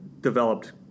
developed